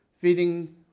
feeding